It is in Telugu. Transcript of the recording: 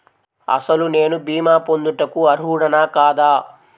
అసలు నేను భీమా పొందుటకు అర్హుడన కాదా?